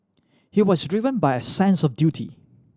he was driven by a sense of duty